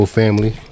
family